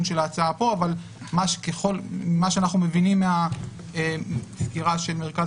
של ההצעה פה אבל מה שאנחנו מבינים מהסקירה של מרכז